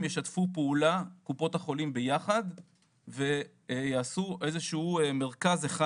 ישתפו פעולה כל קופות החולים ביחד ויעשו איזה שהוא מרכז אחד,